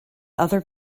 other